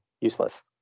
useless